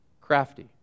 crafty